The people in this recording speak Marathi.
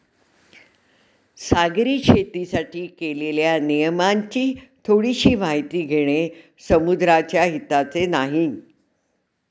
सागरी शेतीसाठी केलेल्या नियमांची थोडीशी माहिती घेणे समुद्राच्या हिताचे नाही